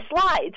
slides